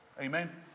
Amen